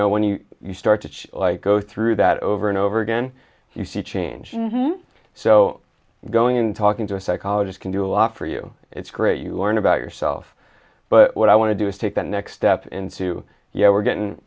know when you start to like go through that over and over again you see changing so going in talking to a psychologist can do a lot for you it's great you learn about yourself but what i want to do is take the next step into yeah we're getting